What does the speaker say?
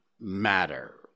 matter